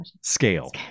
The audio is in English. Scale